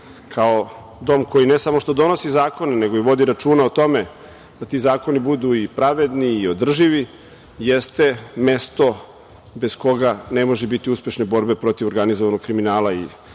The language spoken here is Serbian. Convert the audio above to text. kao dom koji ne samo što donosi zakone, nego i vodi računa o tome da ti zakoni budu i pravedni i održivi, jeste mesto bez koga ne može biti uspešne borbe protiv organizovanog kriminala. Ja